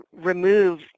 remove